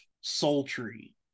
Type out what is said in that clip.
sultry